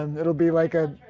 and it will be like a